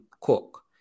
cook